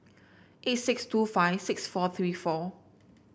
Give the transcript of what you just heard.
eight six two five six four three four